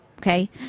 Okay